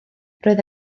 roedd